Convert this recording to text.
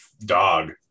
dog